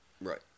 Right